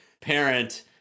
parent